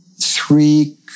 three